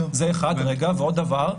ועוד דבר.